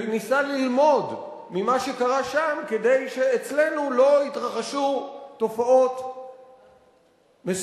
וניסה ללמוד ממה שקרה שם כדי שאצלנו לא יתרחשו תופעות מסוכנות,